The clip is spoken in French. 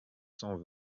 cent